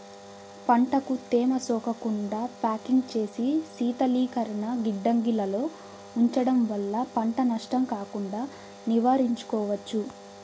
పంటకు తేమ సోకకుండా ప్యాకింగ్ చేసి శీతలీకరణ గిడ్డంగులలో ఉంచడం వల్ల పంట నష్టం కాకుండా నివారించుకోవచ్చు